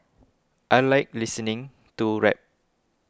I like listening to rap